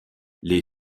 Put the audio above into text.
les